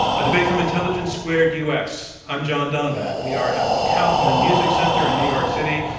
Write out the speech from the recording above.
a debate from intelligence squared u. s. i'm john donvan. we are at the kaufman music center in new york city.